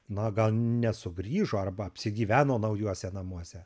na gal nesugrįžo arba apsigyveno naujuose namuose